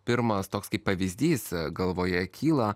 pirmas toks kaip pavyzdys galvoje kyla